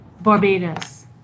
Barbados